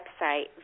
website